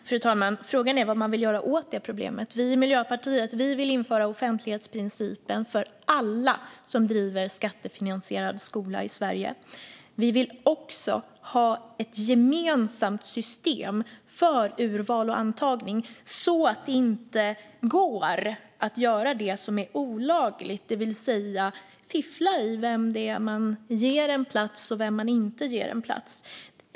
Fru talman! Frågan är vad man vill göra åt detta problem. Vi i Miljöpartiet vill införa offentlighetsprincipen för alla som driver skattefinansierad skola i Sverige. Vi vill också ha ett gemensamt system för urval och antagning så att det inte går att göra det som är olagligt, det vill säga fiffla med vem man ger en plats och vem man inte ger en plats.